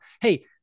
hey